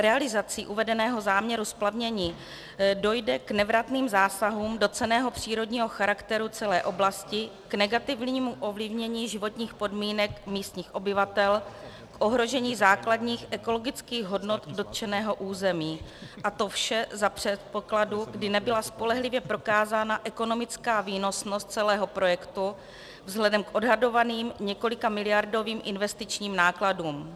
Realizací uvedeného záměru splavnění dojde k nevratným zásahům do cenného přírodního charakteru celé oblasti, k negativnímu ovlivnění životních podmínek místních obyvatel, ohrožení základních ekologických hodnot dotčeného území, a to vše za předpokladu, kdy nebyla spolehlivě prokázána ekonomická výnosnost celého projektu vzhledem k odhadovaným několikamiliardovým investičním nákladům.